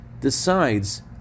decides